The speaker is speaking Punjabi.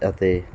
ਅਤੇ